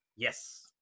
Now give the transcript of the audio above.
Yes